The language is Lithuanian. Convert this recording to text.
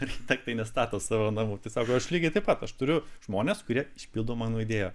architektai nestato savo namų tai sako aš lygiai taip pat aš turiu žmones kurie išpildo mano idėją